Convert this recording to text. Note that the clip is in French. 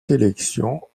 sélections